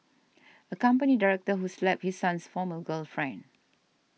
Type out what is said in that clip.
a company director who slapped his son's former girlfriend